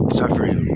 suffering